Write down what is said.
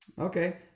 Okay